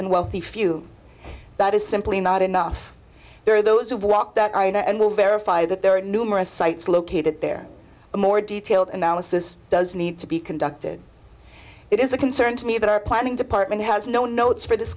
and wealthy few that is simply not enough there are those who walk that i know and will verify that there are numerous sites located there a more detailed analysis does need to be conducted it is a concern to me that our planning department has no no it's for this